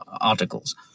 articles